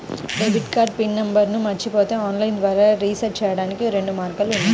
debit card pin నంబర్ను మరచిపోతే online ద్వారా రీసెట్ చెయ్యడానికి రెండు మార్గాలు ఉన్నాయి